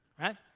Right